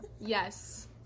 Yes